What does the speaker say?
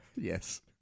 Yes